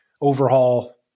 overhaul